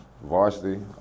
varsity